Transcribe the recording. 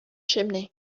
chimney